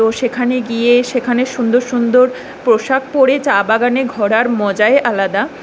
তো সেখানে গিয়ে সেখানে সুন্দর সুন্দর পোশাক পরে চা বাগানে ঘোরার মজাই আলাদা